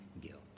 guilt